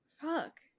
Fuck